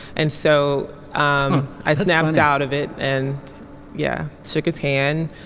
and so um i snapped out of it and yeah shook his hand.